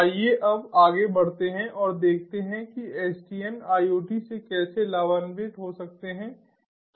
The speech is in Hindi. आइए अब आगे बढ़ते हैं और देखते हैं कि SDN IoT से कैसे लाभान्वित हो सकते हैं